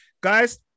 Guys